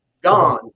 gone